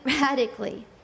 radically